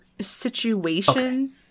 situation